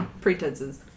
pretenses